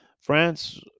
France